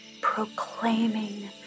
proclaiming